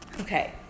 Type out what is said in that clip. Okay